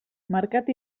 mercat